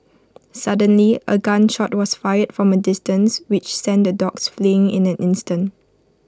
suddenly A gun shot was fired from A distance which sent the dogs fleeing in an instant